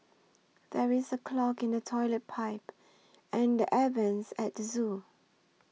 there is a clog in the Toilet Pipe and the Air Vents at the zoo